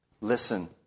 Listen